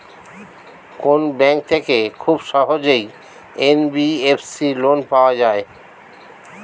কোন ব্যাংক থেকে খুব সহজেই এন.বি.এফ.সি লোন পাওয়া যায়?